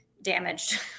damaged